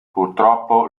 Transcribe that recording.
purtroppo